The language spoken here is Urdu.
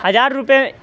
ہزار روپئے